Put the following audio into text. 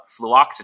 fluoxetine